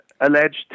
alleged